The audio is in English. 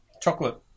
chocolate